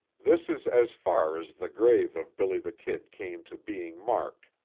this is as far as the grave of billy the kid came to being marked,